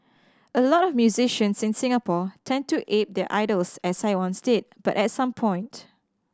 a lot of musicians in Singapore tend to ape their idols as I once did but at some point